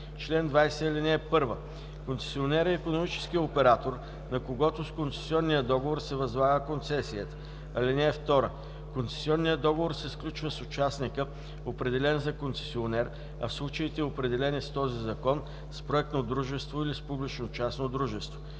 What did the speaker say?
„Чл. 20. (1) Концесионер е икономическият оператор, на когото с концесионния договор се възлага концесията. (2) Концесионният договор се сключва с участника, определен за концесионер, а в случаите, определени с този закон – с проектно дружество или с публично-частно дружество.